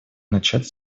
начать